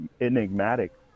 enigmatic